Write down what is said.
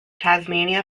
tasmania